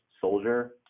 soldier